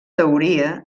teoria